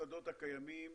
מהשדות הקיימים